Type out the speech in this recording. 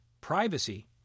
privacy